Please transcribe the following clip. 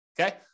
Okay